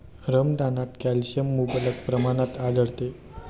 रमदानात कॅल्शियम मुबलक प्रमाणात आढळते